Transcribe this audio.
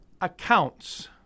accounts